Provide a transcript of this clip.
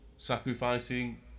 sacrificing